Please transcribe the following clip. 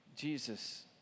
Jesus